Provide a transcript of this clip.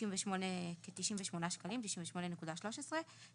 98.13 שקלים.